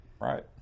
Right